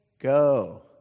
go